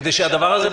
כדי שהדבר הזה,